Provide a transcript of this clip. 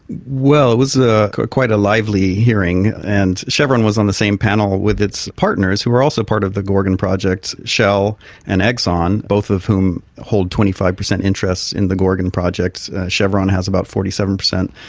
well, it was quite a lively hearing. and chevron was on the same panel with its partners who were also part of the gorgon project, shell and exxon, both of whom hold twenty five percent interest in the gorgon project. chevron has about forty seven percent.